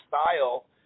style